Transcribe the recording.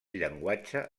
llenguatge